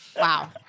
wow